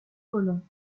colons